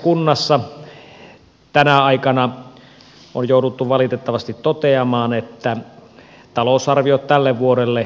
monessa kunnassa tänä aikana on jouduttu valitettavasti totea maan että talousarviot tälle vuodelle ylittyvät